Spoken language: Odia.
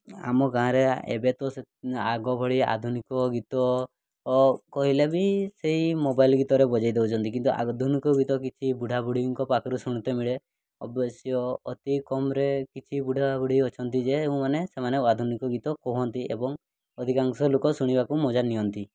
ଆମ ଗାଁରେ ଏବେ ତ ସେ ଆଗ ଭଳି ଆଧୁନିକ ଗୀତ କହିଲେ ବି ସେହି ମୋବାଇଲ୍ ଗୀତରେ ବଜାଇଦେଉଛନ୍ତି କିନ୍ତୁ ଆଧୁନିକ ଗୀତ କିଛି ବୁଢ଼ା ବୁଢ଼ୀଙ୍କ ପାଖରୁ ଶୁଣିତେ ମିଳେ ଅବଶ୍ୟ ଅତି କମ୍ରେ କିଛି ବୁଢ଼ା ବୁଢ଼ୀ ଅଛନ୍ତି ଯେଉଁମାନେ ସେମାନେ ଆଧୁନିକ ଗୀତ କୁହନ୍ତି ଏବଂ ଅଧିକାଂଶ ଲୋକ ଶୁଣିବାକୁ ମଜା ନିଅନ୍ତି